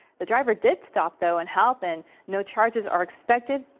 the driver did stop though and help and no charges are expected.